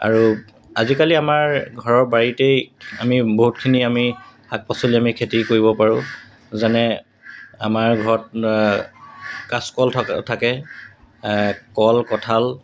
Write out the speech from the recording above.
আৰু আজিকালি আমাৰ ঘৰৰ বাৰীতেই আমি বহুতখিনি আমি শাক পাচলি আমি খেতি কৰিব পাৰোঁ যেনে আমাৰ ঘৰত কাচকল থকা থাকে কল কঁঠাল